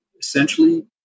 essentially